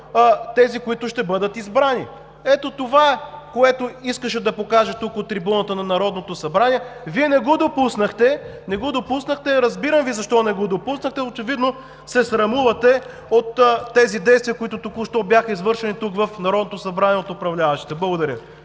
тези, които ще бъдат избрани. Ето това е, което искаше да покаже тук, от трибуната на Народното събрание. Вие не го допуснахте, разбирам Ви защо не го допуснахте. Очевидно се срамувате от тези действия, които току-що бяха извършени тук, в Народното събрание, от управляващите.